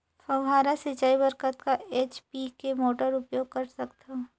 फव्वारा सिंचाई बर कतका एच.पी के मोटर उपयोग कर सकथव?